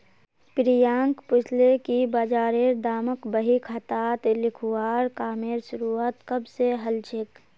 प्रियांक पूछले कि बजारेर दामक बही खातात लिखवार कामेर शुरुआत कब स हलछेक